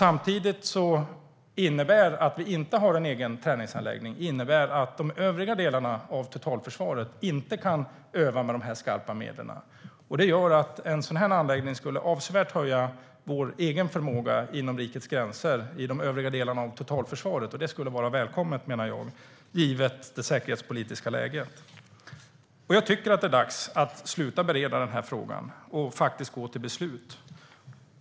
Att vi inte har en egen träningsanläggning innebär att de övriga delarna av totalförsvaret inte kan öva med de här skarpa medlen. Det gör att en sådan här anläggning avsevärt skulle öka vår egen förmåga inom rikets gränser i de övriga delarna av totalförsvaret. Det skulle vara välkommet, menar jag, givet det säkerhetspolitiska läget. Jag tycker att det är dags att sluta bereda den här frågan och faktiskt gå till beslut.